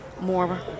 more